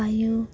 ᱟᱭᱳ